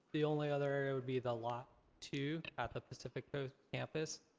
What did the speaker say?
the only other would be the lot two at the pacific coast campus.